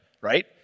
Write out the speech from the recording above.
right